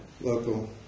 Local